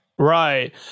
Right